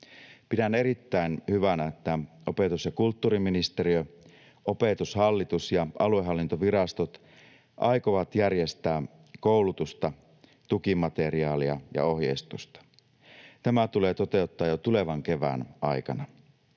Pidän erittäin hyvänä, että opetus- ja kulttuuriministeriö, Opetushallitus ja aluehallintovirastot aikovat järjestää koulutusta, tukimateriaalia ja ohjeistusta. Tämä tulee toteuttaa jo tulevan kevään aikana.